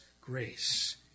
grace